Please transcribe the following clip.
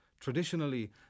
Traditionally